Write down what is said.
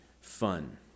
fun